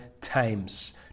times